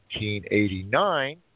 1889